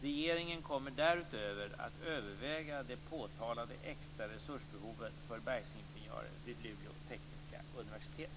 Regeringen kommer därutöver att överväga det påtalade extra resursbehovet för bergsingenjörer vid Luleå tekniska universitet.